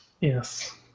Yes